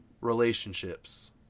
relationships